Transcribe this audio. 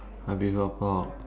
I prefer pork